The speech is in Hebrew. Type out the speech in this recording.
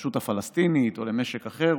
לרשות הפלסטינית או למשק אחר,